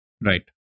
right